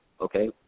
Okay